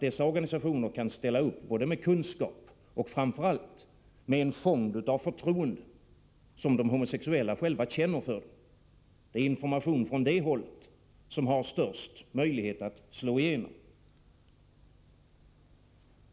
Dessa organisationer kan ställa upp både med kunskap och framför allt med en fond av förtroende, som de homosexuella själva känner för dem. Det är information från det hållet som har störst möjlighet att slå igenom.